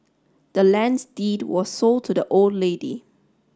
the land's deed was sold to the old lady